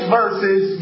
verses